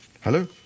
Hello